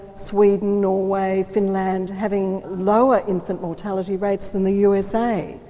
sweden, norway, finland having lower infant mortality rates than the usa.